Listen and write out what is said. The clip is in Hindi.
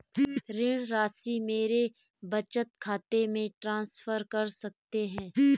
ऋण राशि मेरे बचत खाते में ट्रांसफर कर सकते हैं?